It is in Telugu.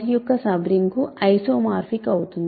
యొక్క సబ్ రింగ్కు ఐసోమార్ఫిక్ అవుతుంది